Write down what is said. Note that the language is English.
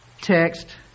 text